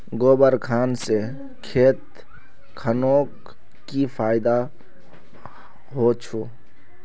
गोबर खान से खेत खानोक की फायदा होछै?